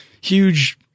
huge